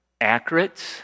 Accurate